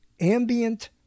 Ambient